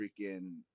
freaking